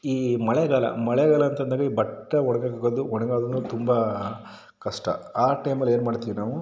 ಈ ಮಳೆಗಾಲ ಮಳೆಗಾಲ ಅಂತ ಅಂದಾಗ ಈ ಬಟ್ಟೆ ಒಣಗಾಕೋದು ಒಣಗಾಕೋದು ತುಂಬ ಕಷ್ಟ ಆ ಟೈಮಲ್ಲಿ ಏನು ಮಾಡ್ತೀವಿ ನಾವು